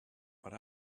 but